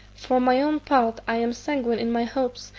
for my own part i am sanguine in my hopes,